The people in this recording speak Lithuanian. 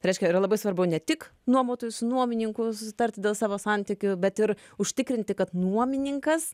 reiškia yra labai svarbu ne tik nuomotojus su nuomininku susitarti dėl savo santykių bet ir užtikrinti kad nuomininkas